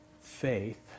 Faith